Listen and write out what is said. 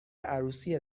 عروسی